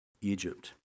Egypt